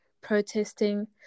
protesting